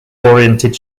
oriented